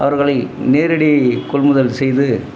அவர்களை நேரடி கொள்முதல் செய்து